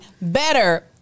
better